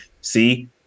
see